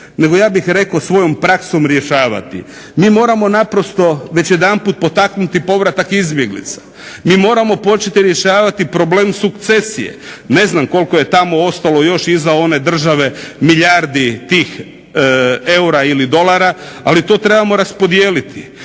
nego ja bih rekao svojom praksom rješavati. Mi moramo naprosto već jedanput potaknuti povratak izbjeglica. Mi moramo početi rješavati problem sukcesije. Ne znam koliko je tamo ostalo još iza one države milijardi tih eura ili dolara, ali to trebamo raspodijeliti.